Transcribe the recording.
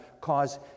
cause